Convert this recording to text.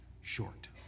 short